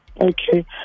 Okay